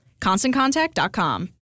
ConstantContact.com